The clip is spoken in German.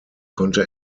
konnte